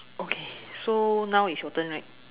okay so now is your turn right